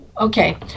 okay